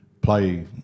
play